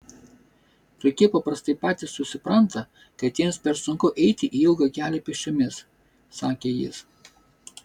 tokie paprastai patys susipranta kad jiems per sunku eiti ilgą kelią pėsčiomis sakė jis